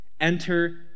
enter